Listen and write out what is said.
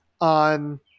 on